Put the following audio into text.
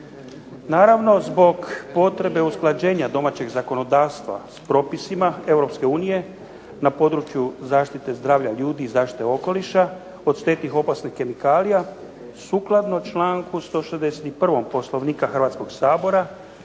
Naravno, zbog potrebe usklađenja domaćeg zakonodavstva s propisima EU na području zaštite zdravlja ljudi i zaštite okoliša od štetnih i opasnih kemikalija sukladno čl. 161. Poslovnika Hrvatskog sabora